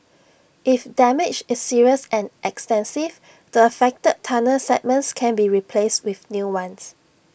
if damage is serious and extensive the affected tunnel segments can be replaced with new ones